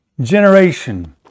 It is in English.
generation